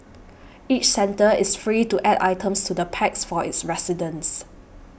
each centre is free to add items to the packs for its residents